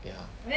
ya